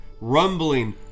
rumbling